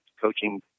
coaching